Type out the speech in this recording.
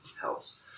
helps